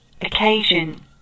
Occasion